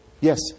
Yes